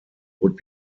would